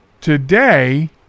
today